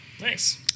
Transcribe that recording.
Nice